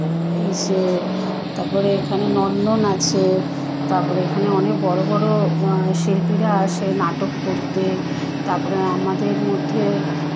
ইসে তারপরে এখানে নন্দন আছে তারপরে এখানে অনেক বড়ো বড়ো শিল্পীরা আসেন নাটক করতে তারপরে আমাদের মধ্যে